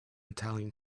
italian